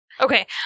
Okay